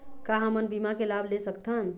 का हमन बीमा के लाभ ले सकथन?